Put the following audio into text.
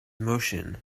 motion